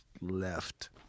left